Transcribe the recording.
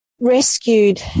rescued